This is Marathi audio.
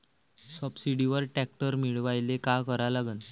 सबसिडीवर ट्रॅक्टर मिळवायले का करा लागन?